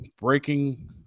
breaking